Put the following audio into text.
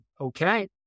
okay